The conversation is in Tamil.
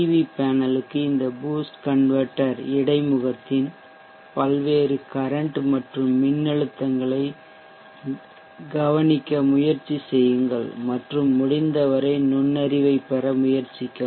வி பேனலுக்கு இந்த பூஸ்ட் கன்வெர்ட்டர் இடைமுகத்தின் பல்வேறு கரன்ட் மற்றும் மின்னழுத்தங்களைக் கவனிக்க முயற்சி செய்யுங்கள் மற்றும் முடிந்தவரை நுண்ணறிவைப் பெற முயற்சிக்கவும்